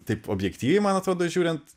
taip objektyviai man atrodo žiūrint